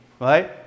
right